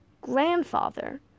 grandfather